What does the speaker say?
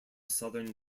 southern